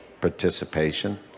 participation